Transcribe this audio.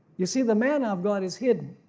you see the manna of god is hidden,